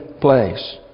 place